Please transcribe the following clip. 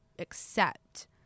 accept